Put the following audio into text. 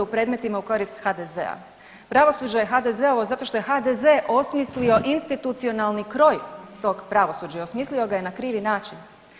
predmetima u korist HDZ-a, pravosuđe je HDZ-ovo zato što je HDZ osmislio institucionalni kroj tog pravosuđa i osmislio ga je na krivi način.